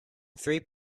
three